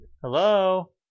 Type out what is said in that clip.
Hello